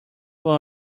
will